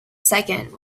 second